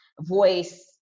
voice